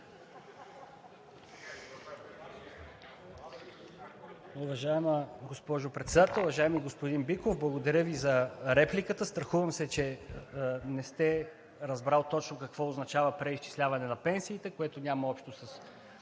Уважаема госпожо Председател! Уважаеми господин Биков, благодаря Ви за репликата. Страхувам се, че не сте разбрал точно какво означава преизчисляване на пенсиите, което няма общо с